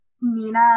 Nina